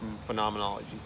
phenomenology